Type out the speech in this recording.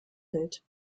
fällt